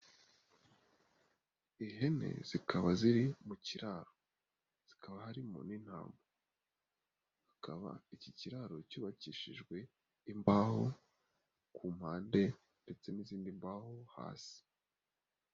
Ihene zikaba ziri mu kiraro, zikaba harimo n'intama, hakaba iki kiraro cyubakishijwe imbaho ku mpande ndetse n'izindi mbaho hasi.